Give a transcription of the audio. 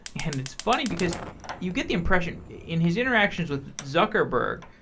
and it's funny because you get the impression in his interactions with zuckerberg,